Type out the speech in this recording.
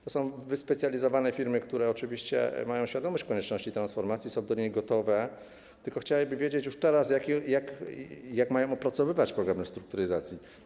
To są wyspecjalizowane firmy, które oczywiście mają świadomość konieczności transformacji, są do niej gotowe, tylko chciałyby wiedzieć już teraz, jak mają opracowywać program restrukturyzacji.